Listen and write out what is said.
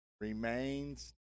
remains